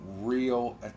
real